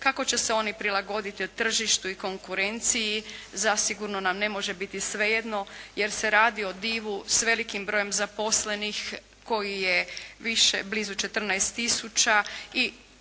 kako će se oni prilagoditi tržištu i konkurenciji zasigurno nam ne može biti svejedno jer se radi o divu s velikim brojem zaposlenih koji je više blizu 14